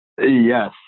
Yes